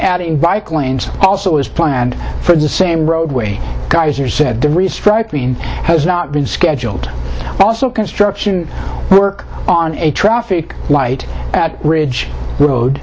adding bike lanes also is planned for the same roadway geyser said the restriking has not been scheduled also construction work on a traffic light ridge road